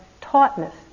tautness